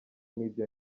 n’ibyo